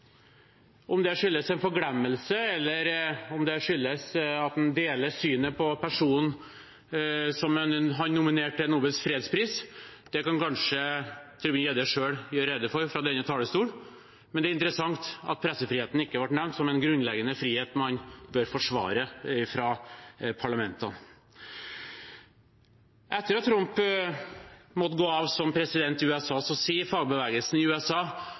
Om det skyldes en forglemmelse, eller om det skyldes at han deler synet til personen som han nominerte til Nobels fredspris, kan kanskje Tybring-Gjedde selv gjøre rede for fra denne talerstol, men det er interessant at pressefriheten ikke ble nevnt som en grunnleggende frihet man bør forsvare fra parlamentene. Etter at Trump måtte gå av som president i USA, sier fagbevegelsen i USA